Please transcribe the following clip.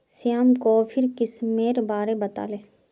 श्याम कॉफीर किस्मेर बारे बताले